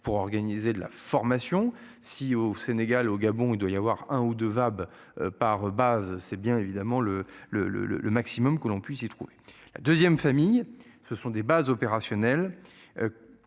pour organiser de la formation si au Sénégal, au Gabon, il doit y avoir un ou 2 VAB par. C'est bien évidemment le le le le le maximum que l'on puisse y trouver la 2ème famille ce sont des bases opérationnelles.